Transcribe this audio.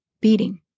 beating